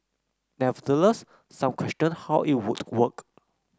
nevertheless some questioned how it would work